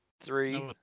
Three